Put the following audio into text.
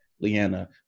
Leanna